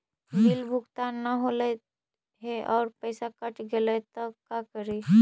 Bill भुगतान न हौले हे और पैसा कट गेलै त का करि?